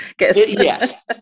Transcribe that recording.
Yes